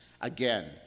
again